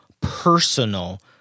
personal